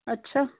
ਅੱਛਾ